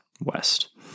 west